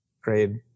grade